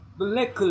black